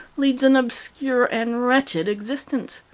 leads an obscure and wretched existence.